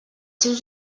seus